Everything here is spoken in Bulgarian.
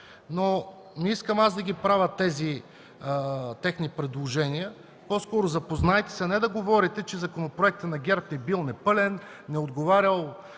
Не искам аз да правя тези техни предложения. По-скоро – запознайте се, а не да говорите, че законопроектът на ГЕРБ бил непълен, не отговарял